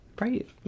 Right